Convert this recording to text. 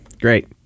Great